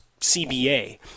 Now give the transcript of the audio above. cba